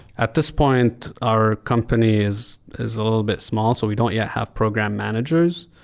at this point, our company is is a little bit small. so we don't yet have program managers.